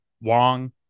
Wong